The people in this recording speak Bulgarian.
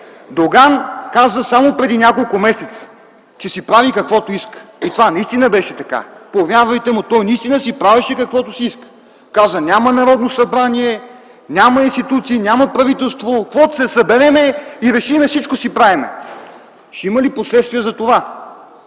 Доган каза само преди няколко месеца, че си прави каквото иска. И това наистина беше така. Повярвайте му, той наистина си правеше каквото си иска. Каза: няма Народно събрание, няма институции, няма правителство, каквото като се съберем и си решим, всичко си правим! Ще има ли последствие за това?